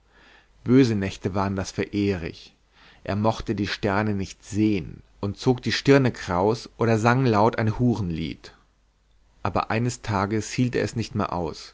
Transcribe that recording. böse nächte waren das für erich er mochte die sterne nicht sehen und zog die stirne kraus oder sang laut ein hurenlied aber eines tages hielt er es nicht mehr aus